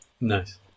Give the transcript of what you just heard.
Nice